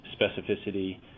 specificity